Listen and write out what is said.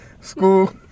school